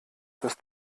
das